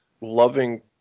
loving